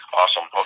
awesome